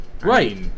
Right